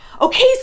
Okay